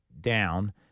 down